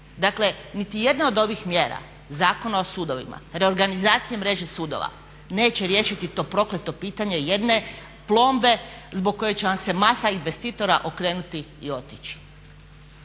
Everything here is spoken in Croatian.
Dakle niti jedna od ovih mjera Zakona o sudovima, reorganizacije mreže sudova neće riješiti to prokleto pitanje jedne plombe zbog koje će vam se masa investitora okrenuti i otići.